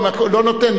לא נותן,